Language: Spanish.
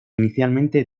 inicialmente